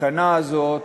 התקנה הזאת